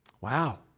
Wow